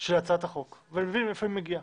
של הצעת החוק ואני מבין מהיכן היא מגיעה.